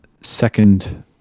second